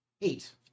eight